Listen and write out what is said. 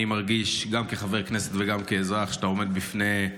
אני מרגיש גם כחבר כנסת וגם כאזרח שאתה עומד בפני,